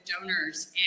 donors